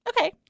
Okay